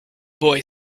boy